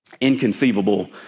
inconceivable